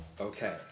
Okay